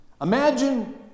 Imagine